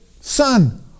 son